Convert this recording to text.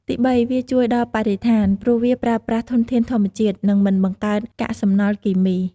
ទីបី វាជួយដល់បរិស្ថាន ព្រោះវាប្រើប្រាស់ធនធានធម្មជាតិ និងមិនបង្កើតកាកសំណល់គីមី។